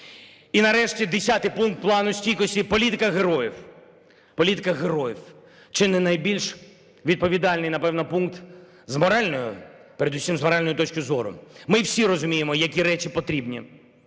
І нарешті десятий пункт Плану стійкості – "Політика героїв". Політика героїв – чи не найбільш відповідальний, напевно, пункт з моральної, передусім з моральної точки зору. Ми всі розуміємо, які речі потрібні.